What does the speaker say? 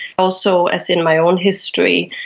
also, as in my own history,